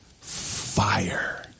Fire